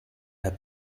herr